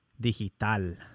digital